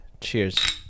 cheers